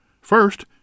First